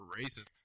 racist